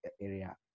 area